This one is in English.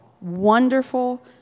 Wonderful